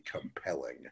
compelling